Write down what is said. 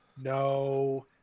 No